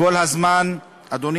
אדוני